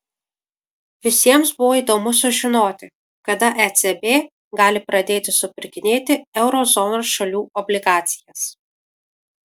visiems buvo įdomu sužinoti kada ecb gali pradėti supirkinėti euro zonos šalių obligacijas